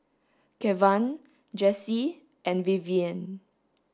Kevan Jessee and Vivienne